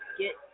get